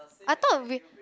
I thought we